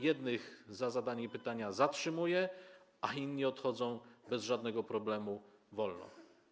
Jednych bowiem za zadanie pytania się zatrzymuje, a inni odchodzą bez żadnego problemu wolno.